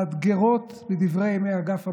והמאתגרות בדברי ימי אגף המודיעין: